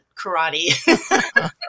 karate